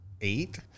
eight